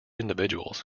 individuals